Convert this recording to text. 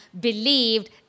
believed